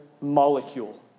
molecule